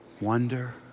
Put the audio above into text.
wonder